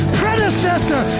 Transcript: predecessor